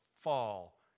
fall